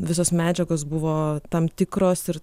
visos medžiagos buvo tam tikros ir